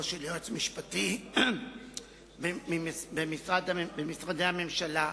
של יועץ משפטי במשרד ממשרדי הממשלה.